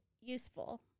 useful